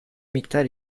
miktar